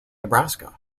nebraska